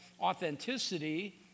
authenticity